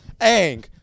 Ang